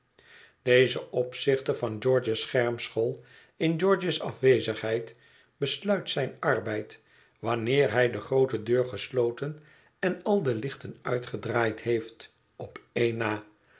deze opzichter van george's schermschool in george's afwezigheid besluit zijn arbeid wanneer hij de groote deur gesloten en al de lichten uitgedraaid heeft op één na